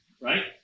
right